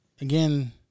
Again